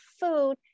food